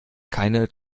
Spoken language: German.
keine